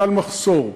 בגלל מחסור.